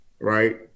right